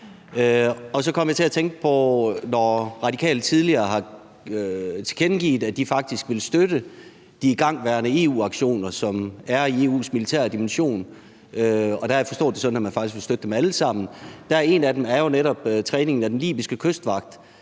Og så kom jeg til at tænke på, at De Radikale tidligere har tilkendegivet, at de faktisk ville støtte de igangværende EU-aktioner, som indgår i EU's militære dimension. Og der har jeg forstået det sådan, at man faktisk vil støtte dem alle sammen. En af dem er jo netop træningen af den libyske kystvagt